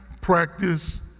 practice